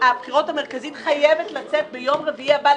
הבחירות המרכזית חייבת לצאת ביום רביעי הבא,